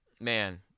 man